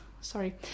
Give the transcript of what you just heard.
sorry